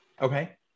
Okay